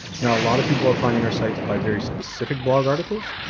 now, a lot of people are finding our sites by very specific blog articles,